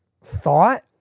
thought